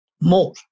more